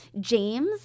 James